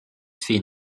fait